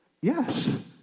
Yes